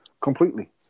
completely